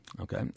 Okay